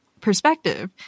perspective